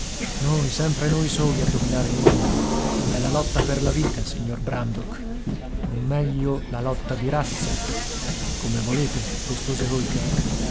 noi sempre noi soli a dominare il mondo è la lotta per la vita signor brandok o meglio la lotta di razza come volete rispose holker